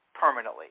permanently